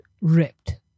ripped